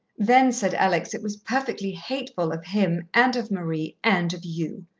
then, said alex, it was perfectly hateful of him and of marie and of you.